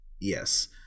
Yes